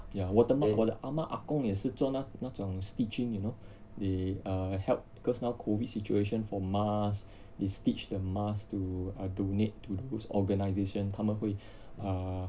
ya 我的妈我的阿公阿嬷也是做那那种 stitching you know they err help because now COVID situation for mask they stitch the mask to uh donate to those organisations 他们会 uh